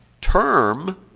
term